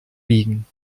biegen